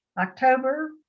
October